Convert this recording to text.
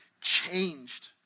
changed